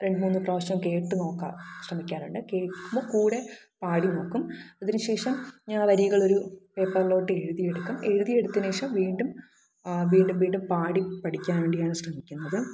രണ്ടു മൂന്നു പ്രാവശ്യം കേട്ടുനോക്കാൻ ശ്രമിക്കാറുണ്ട് കേട്ടിട്ട് കൂടെ പാടി നോക്കും അതിന് ശേഷം ഞാൻ വരികളൊരു പേപ്പറിലോട്ട് എഴുതി എടുക്കും എഴുതി എടുത്തതിനുശേഷം വീണ്ടും വീണ്ടും വീണ്ടും പാടി പഠിക്കാൻ വേണ്ടി ഞാൻ ശ്രമിക്കുന്നുണ്ട്